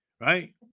right